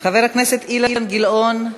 חבר הכנסת אילן גילאון.